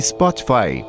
Spotify